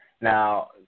Now